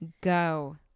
go